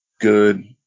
good